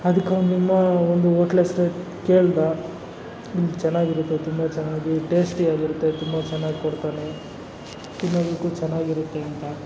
ಅದಕ್ಕೆ ಅವ್ನು ಹೇಳಿದ ಒಂದು ಓಟ್ಲ್ ಹೆಸ್ರು ಕೇಳಿದ ನಿಮ್ದು ಚೆನ್ನಾಗಿರುತ್ತೆ ತುಂಬ ಚೆನ್ನಾಗಿ ಟೇಸ್ಟಿ ಆಗಿರುತ್ತೆ ತುಂಬ ಚೆನ್ನಾಗಿ ಕೊಡ್ತಾನೆ ತಿನ್ನೋದಕ್ಕೂ ಚೆನ್ನಾಗಿರುತ್ತೆ ಅಂತ